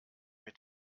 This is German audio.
mit